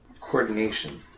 coordination